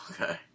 okay